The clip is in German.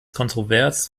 kontrovers